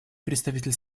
представитель